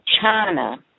China